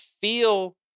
feel